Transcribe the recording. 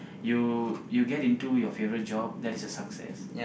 you you get into your favourite job that is a success